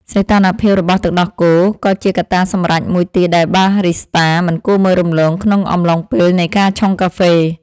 សីតុណ្ហភាពរបស់ទឹកដោះគោក៏ជាកត្តាសម្រេចមួយទៀតដែលបារីស្តាមិនគួរមើលរំលងក្នុងអំឡុងពេលនៃការឆុងកាហ្វេ។